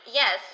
yes